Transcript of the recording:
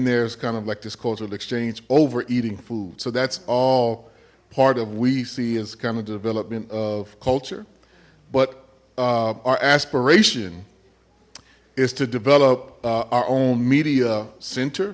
there's kind of like this cultural exchange over eating food so that's all part of we see is kind of development of culture but our aspiration is to develop our own media center